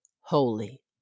holy